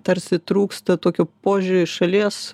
tarsi trūksta tokio požiūrio į šalies